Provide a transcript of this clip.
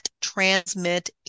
transmit